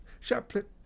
chaplet